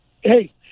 Hey